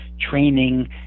training